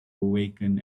awaken